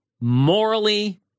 morally